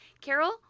Carol